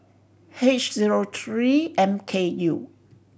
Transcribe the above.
H zero tree M K U